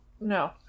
No